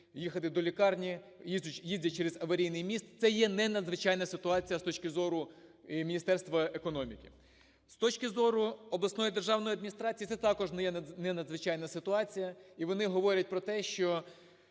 їхати до лікарні, їздять через аварійний міст. Це є ненадзвичайна ситуація з точки зору Міністерства економіки. З точки зору обласної державної адміністрації, це також є ненадзвичайна ситуація. І вони говорять про те, що